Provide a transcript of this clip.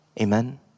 Amen